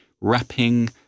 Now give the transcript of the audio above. wrapping